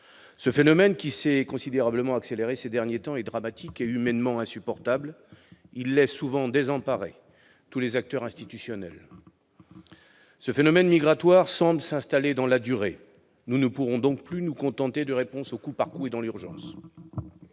Ce phénomène, qui s'est considérablement accéléré ces derniers temps, est dramatique et humainement insupportable. Il laisse souvent désemparés tous les acteurs institutionnels. Ce phénomène migratoire semble s'installer dans la durée ; nous ne pourrons donc plus nous contenter de réponse au coup par coup et dans l'urgence.